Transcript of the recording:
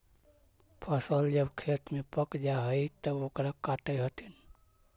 फसल जब खेत में पक जा हइ तब ओकरा काटऽ हथिन